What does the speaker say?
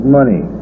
money